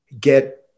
get